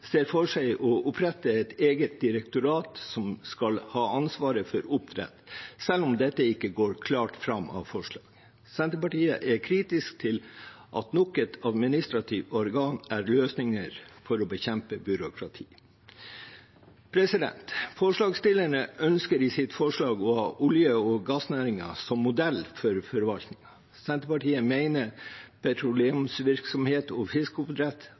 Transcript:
ser for seg å opprette et eget direktorat som skal ha ansvaret for oppdrett, selv om dette ikke går klart fram av forslaget. Senterpartiet er kritisk til at nok et administrativt organ er løsningen for å bekjempe byråkrati. Forslagsstillerne ønsker i sitt forslag å ha olje- og gassnæringen som modell for forvaltningen. Senterpartiet mener petroleumsvirksomhet og fiskeoppdrett